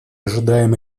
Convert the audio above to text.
ожидаем